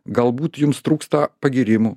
galbūt jums trūksta pagyrimų